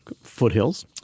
Foothills